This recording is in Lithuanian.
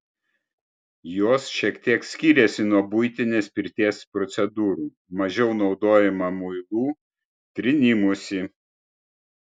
jos šiek tiek skiriasi nuo buitinės pirties procedūrų mažiau naudojama muilų trynimosi